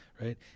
right